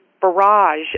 barrage